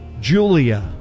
Julia